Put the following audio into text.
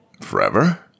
forever